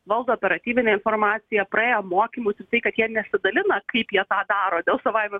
valdo operatyvinę informaciją praėję mokymus jisai kad jie nesidalina kaip jie tą daro dėl savaime